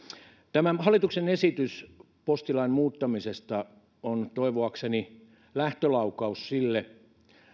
tämä hallituksen esitys postilain muuttamisesta on toivoakseni lähtölaukaus sille